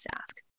ask